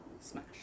Smash